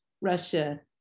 Russia